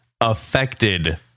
affected